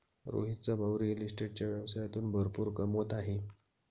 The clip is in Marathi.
रोहितचा भाऊ रिअल इस्टेटच्या व्यवसायातून भरपूर कमवत आहे